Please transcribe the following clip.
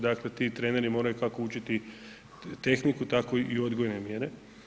Dakle, ti treneri moraju kako učiti tehniku, tako i odgojne mjere.